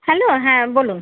hello হ্যাঁ বলুন